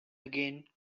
again